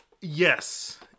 Yes